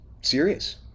serious